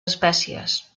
espècies